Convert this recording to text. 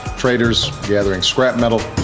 traders gathering scrap metal,